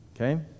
Okay